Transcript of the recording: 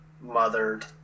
mothered